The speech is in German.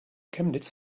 chemnitz